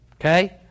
Okay